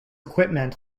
equipment